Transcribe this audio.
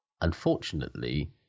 Unfortunately